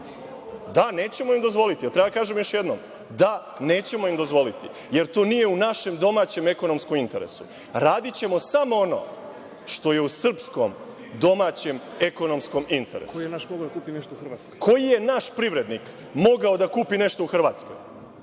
Da, nećemo im dozvoliti, da li treba kažem još jednom? Da, nećemo im dozvoliti, jer to nije u našem domaćem ekonomskom interesu. Radićemo samo ono što je u srpskom domaćem ekonomskom interesu. Koji je naš privrednik mogao da kupi nešto u Hrvatskoj?